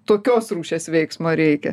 tokios rūšies veiksmo reikia